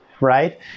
right